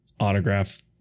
Autograph